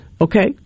okay